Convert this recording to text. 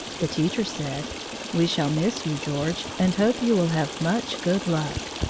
the teacher said we shall miss you, george, and hope you will have much good luck!